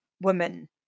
woman